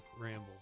ramble